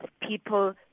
people